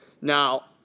Now